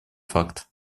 факт